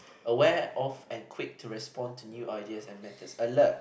aware of and quick to response to new ideas and method alert